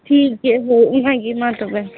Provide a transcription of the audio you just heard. ᱴᱷᱤᱠ ᱜᱮ ᱦᱳ ᱚᱱᱟ ᱜᱮ ᱢᱟ ᱛᱚᱵᱮ